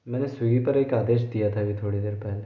मैंने स्विगी पर एक आदेश दिया था अभी थोड़ी देर पहले